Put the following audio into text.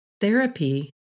therapy